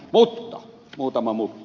mutta muutama mutta